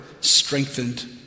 strengthened